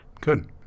Good